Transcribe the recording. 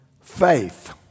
faith